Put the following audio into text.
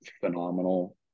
phenomenal